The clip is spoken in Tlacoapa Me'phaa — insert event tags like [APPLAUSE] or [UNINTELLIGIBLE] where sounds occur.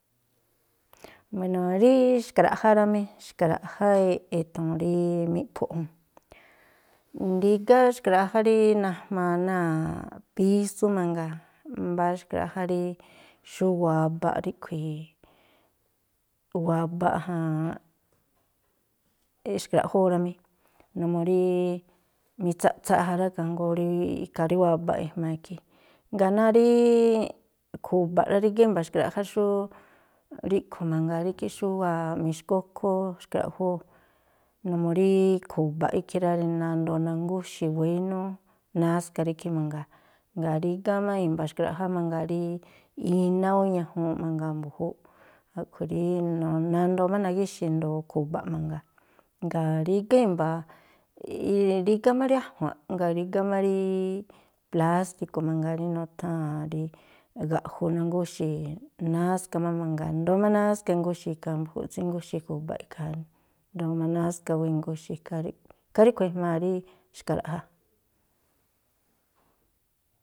Buéno̱, rí xkra̱ꞌjá rá mí. Xkra̱ꞌjá e̱thu̱u̱n rí miꞌpho̱ꞌ jún. Rígá xkra̱ꞌjá rí najmaa náa̱ꞌ písú mangaa. Mbá xkra̱ꞌjá rí xú wabaꞌ ríꞌkhui̱, wabaꞌ [HESITATION] [HESITATION] xkra̱ꞌjóó rá mí, numuu rí mitsaꞌtsaꞌ ja rá, ikhaa jngóó rí ikhaa rí wabaꞌ ejmaa ikhí. Jngáa̱ náá rí khu̱ba̱ꞌ rá, rígá i̱mba̱ xkra̱ꞌjá xú ríꞌkhui̱ mangaa rí ikhí, xú wáa̱ mixkókhú xkra̱ꞌjóó numuu rí khu̱ba̱ꞌ ikhí rá, nandoo nangúxi̱ wénú náska rí ikhí mangaa. Jngáa̱ rígá má i̱mba̱ xkra̱ꞌjá mangaa rí iná ú ñajuunꞌ mangaa mbu̱júúꞌ, a̱ꞌkhui̱ rí [UNINTELLIGIBLE] nandoo má nagíxi̱ ndo̱o khu̱ba̱ꞌ mangaa. Jngáa̱ rígá i̱mba̱ [HESITATION] rígá má rí a̱jua̱nꞌ, jngáa̱ rígá má rí plásti̱ku̱ mangaa rí nutháa̱n rí ga̱ꞌju, nangúxi̱ náska má mangaa, i̱ndóó má náska ingúxi̱ ikhaa mbu̱júúꞌ tsíngúxi̱ ju̱ba̱ꞌ ikhaa. I̱ndóó má náska ú ingúxi̱. Ikhaa ríꞌ ikhaa ríꞌkhui̱ ejmaa rí xka̱ra̱ꞌjá.